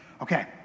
Okay